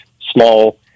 small